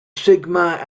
sigma